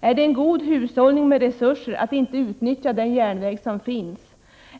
Är det en god hushållning med resurser att inte utnyttja den järnväg som finns?